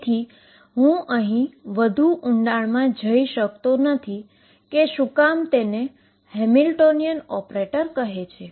તેથી અહી હુ વધુ ઉંડાણ મા જતો નથી કે શું કામ તેને હેમિલ્ટોનિયન ઓપરેટર કહે છે